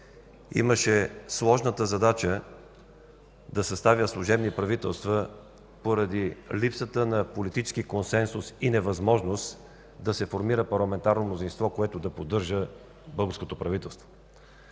имаше сложната задача да съставя служебни правителства поради липсата на политически консенсус и невъзможност да се формира парламентарно мнозинство, което да поддържа българското правителство.